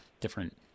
different